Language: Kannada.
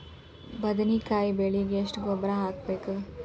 ಬದ್ನಿಕಾಯಿ ಬೆಳಿಗೆ ಎಷ್ಟ ಗೊಬ್ಬರ ಹಾಕ್ಬೇಕು?